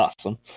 Awesome